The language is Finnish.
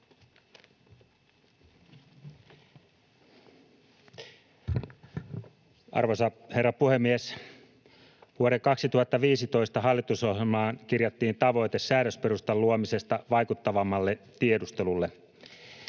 Arvoisa puhemies! Vuoden 2015 hallitusohjelmaan kirjattiin tavoite säädösperustan luomisesta vaikuttavammalle tiedustelulle.